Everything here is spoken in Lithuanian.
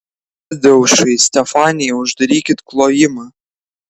tadeušai stefanija uždarykit klojimą